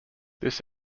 this